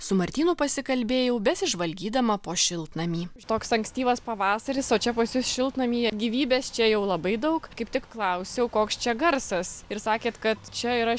su martynu pasikalbėjau besižvalgydama po šiltnamį toks ankstyvas pavasaris o čia pas jus šiltnamyje gyvybės čia jau labai daug kaip tik klausiau koks čia garsas ir sakėt kad čia yra